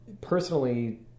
personally